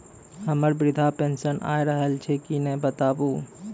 हमर वृद्धा पेंशन आय रहल छै कि नैय बताबू?